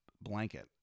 blanket